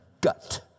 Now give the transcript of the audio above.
gut